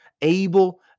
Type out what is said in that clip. able